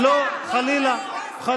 לא, חלילה.